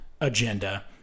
agenda